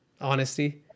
honesty